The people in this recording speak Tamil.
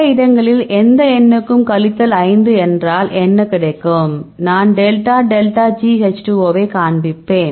சில இடங்களில் எந்த எண்ணுக்கும் கழித்தல் 5 என்றாள் என்ன கிடைக்கும் நான் delta delta G H 2 O ஐ காண்பிப்பேன்